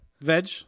Veg